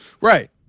Right